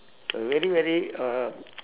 so very very uh